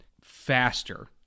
faster